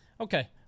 okay